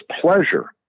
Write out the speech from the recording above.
pleasure